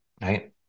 right